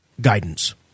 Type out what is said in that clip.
guidance